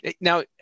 Now